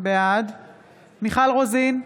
בעד מיכל רוזין,